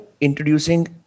introducing